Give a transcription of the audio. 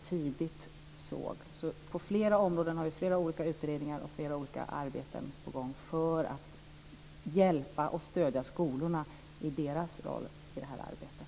Vi har på flera områden olika utredningar och arbeten på gång för att hjälpa och stödja skolorna i deras roll i det här arbetet.